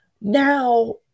now